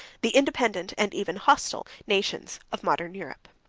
the independent, and even hostile, nations of modern europe.